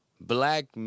black